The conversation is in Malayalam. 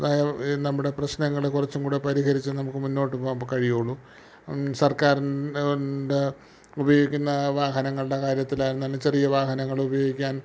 ഈ നമ്മുടെ പ്രശ്നങ്ങൾ കുറച്ചും കൂടെ പരിഹരിച്ച് നമുക്ക് മുന്നോട്ട് പോവാൻ കഴിയുകയുളളൂ സർക്കാരിൻ്റെ ഉപയോഗിക്കുന്ന വാഹനങ്ങളുടെ കാര്യത്തിലായിരുന്നാലും ചെറിയ വാഹനങ്ങൾ ഉപയോഗിക്കാൻ